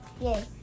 yay